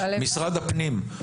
משרד הפנים,